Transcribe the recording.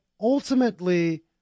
ultimately